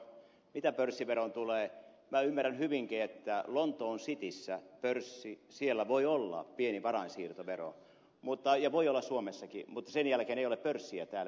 mitä pörssiveroon tulee minä ymmärrän hyvinkin että lontoon cityssä pörssissä siellä voi olla pieni varainsiirtovero ja voi olla suomessakin mutta sen jälkeen ei ole pörssiä täällä ed